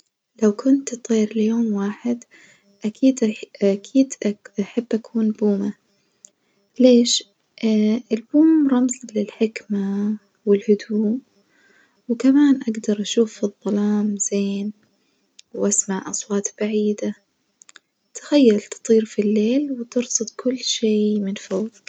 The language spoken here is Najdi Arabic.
لو كنت طير ليوم واحد أكيد أح أكيد أك أحب أكون بومة، ليش؟ البوم رمز للحكمة والهدوء وكمان أجدر أشوف في الظلام زين وأسمع أصوات بعيدة، تخيل تطير في الليل وترصد كل شي من فوج.